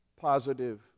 positive